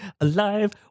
alive